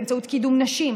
באמצעות קידום נשים,